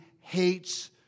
hates